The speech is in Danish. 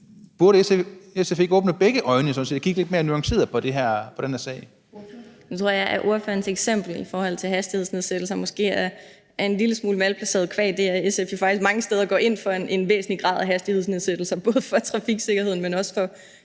(SF): Nu tror jeg, at spørgerens eksempel i forhold til hastighedsnedsættelser måske er en lille smule malplaceret, fordi SF jo faktisk mange steder går ind for en væsentlig grad af hastighedsnedsættelser både for trafiksikkerhedens, men også for